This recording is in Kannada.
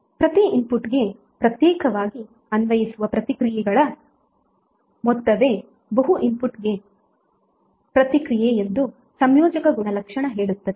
ಪ್ರತಿ ಇನ್ಪುಟ್ಗೆ ಪ್ರತ್ಯೇಕವಾಗಿ ಅನ್ವಯಿಸುವ ಪ್ರತಿಕ್ರಿಯೆಗಳ ಮೊತ್ತವೇ ಬಹು ಇನ್ಪುಟ್ಗಳಿಗೆ ಪ್ರತಿಕ್ರಿಯೆ ಎಂದು ಸಂಯೋಜಕ ಗುಣಲಕ್ಷಣ ಹೇಳುತ್ತದೆ